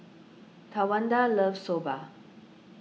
Tawanda loves Soba